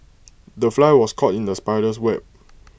the fly was caught in the spider's web